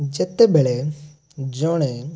ଯେତେବେଳେ ଜଣେ